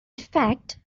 fact